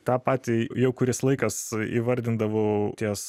tą patį jau kuris laikas įvardindavau ties